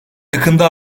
yakında